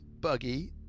buggy